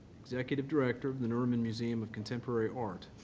executive director of the nerman museum of contemporary art.